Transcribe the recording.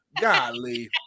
Golly